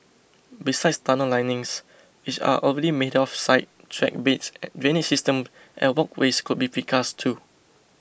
besides tunnel linings which are already made off site track beds drainage systems and walkways could be precast too